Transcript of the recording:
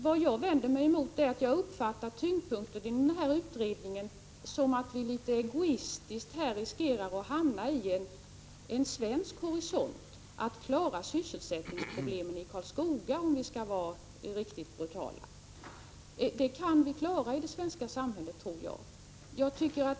Vad jag vänder mig emot är att tyngdpunkten i den här utredningen, som jag har uppfattat det, förlagts så, att vi riskerar att hamna inom en svensk horisont, där det litet egoistiskt gäller att klara sysselsättningsproblemen i Karlskoga, brutalt uttryckt. Jag tror att vi i det svenska samhället kan klara en sådan sak.